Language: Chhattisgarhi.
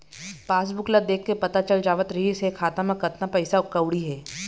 पासबूक ल देखके पता चल जावत रिहिस हे खाता म कतना पइसा कउड़ी हे